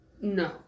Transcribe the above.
No